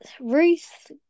Ruth